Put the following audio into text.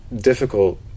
difficult